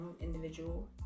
individual